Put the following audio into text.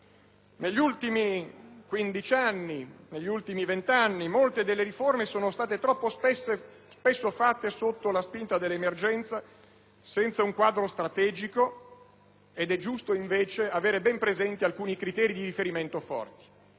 Negli ultimi 15-20 anni molte delle riforme sono state troppo spesso effettuate sotto la spinta dell'emergenza, senza un quadro strategico ed è giusto invece avere ben presenti alcuni forti criteri di riferimento.